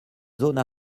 zone